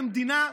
כמדינה,